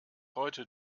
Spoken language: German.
heute